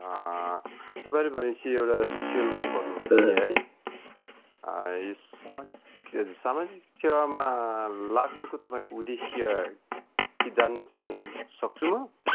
तपाईँहरू भनेपछि एउटा सोसिएल वर्क गर्नु हुँदैछ नि है यो सामाजिक सेवामा लाग्नुको तपाईँको उद्देश्य के जान्न चाहन् सक्छु म